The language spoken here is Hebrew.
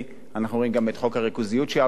אנחנו רואים גם את חוק הריכוזיות שעבר אתמול.